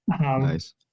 Nice